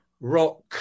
rock